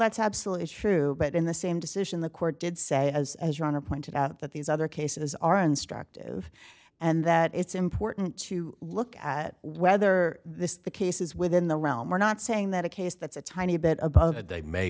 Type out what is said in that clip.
that's absolutely true but in the same decision the court did say as as your honor pointed out that these other cases are instructive and that it's important to look at whether this case is within the realm or not saying that a case that's a tiny bit above that they may